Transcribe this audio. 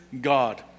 God